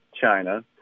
China